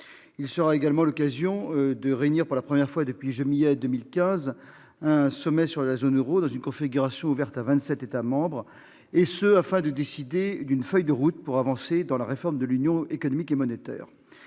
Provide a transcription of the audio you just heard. Il donnera également l'occasion de réunir, pour la première fois depuis juillet 2015, un sommet de la zone euro, dans une configuration ouverte à vingt-sept États membres, afin de décider d'une feuille de route pour avancer dans la réforme de l'Union économique et monétaire.